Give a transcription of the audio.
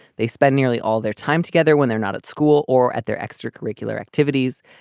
they spend nearly all their time together when they're not at school or at their extracurricular activities.